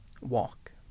Walk